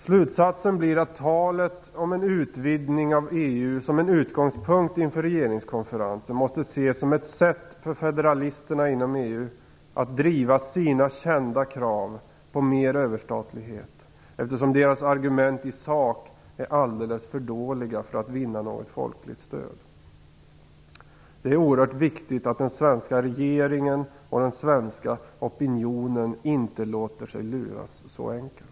Slutsatsen blir att talet om en utvidgning av EU som en utgångspunkt inför regeringskonferensen måste ses som ett sätt för federalisterna inom EU att driva sina kända krav på mer överstatlighet, eftersom deras argument i sak är alldeles för dåliga för att vinna något folkligt stöd. Det är oerhört viktigt att den svenska regeringen och den svenska opinionen inte låter sig luras så enkelt.